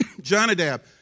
Jonadab